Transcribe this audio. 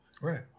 Right